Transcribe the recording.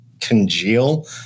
congeal